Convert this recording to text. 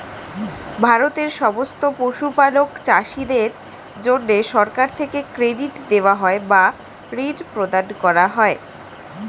ভারতের সমস্ত পশুপালক চাষীদের জন্যে সরকার থেকে ক্রেডিট দেওয়া হয় বা ঋণ প্রদান করা হয়